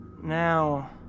Now